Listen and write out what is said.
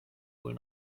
wohl